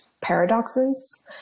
paradoxes